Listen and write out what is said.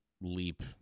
leap